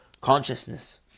Consciousness